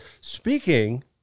Speaking